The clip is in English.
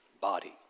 body